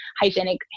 hygienic